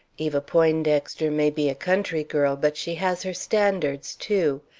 eva poindexter may be a country girl, but she has her standards, too,